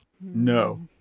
No